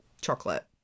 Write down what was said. chocolate